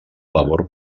labor